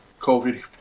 covid